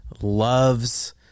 loves